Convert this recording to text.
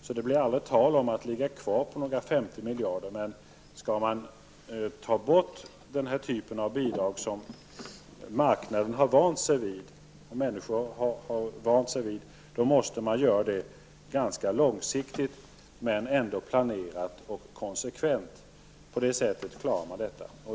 Det blir alltså aldrig tal om att ligga kvar på några 50 miljarder. Men om man skall ta bort denna typ av bidrag som marknaden och människor har vant sig vid, måste man göra det ganska långsiktigt men ändå planerat och konsekvent. På det sättet klarar man detta.